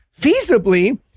Feasibly